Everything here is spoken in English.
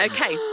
Okay